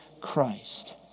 Christ